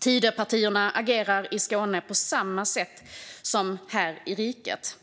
Tidöpartierna agerar i Skåne på samma sätt som här i riket.